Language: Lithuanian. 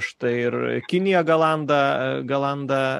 štai ir kinija galanda galanda